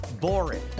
boring